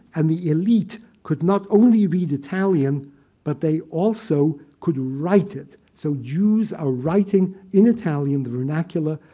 and the elite could not only read italian but they also could write it. so jews are writing in italian, the vernacular.